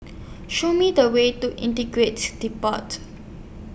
Show Me The Way to Integrated Depot